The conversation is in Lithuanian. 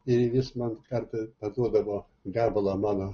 ir vis man kartą perduodavo gabalą mano